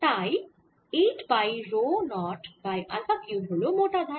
তাই 8 pi rho 0 by alpha cube হল মোট আধান